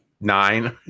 nine